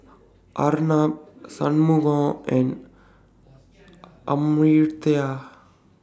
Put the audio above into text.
Arnab Shunmugam and Amartya